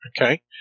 Okay